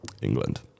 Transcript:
England